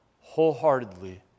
wholeheartedly